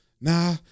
Nah